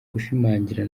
gushimangira